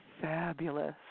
fabulous